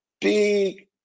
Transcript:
big